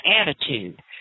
attitude